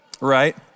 right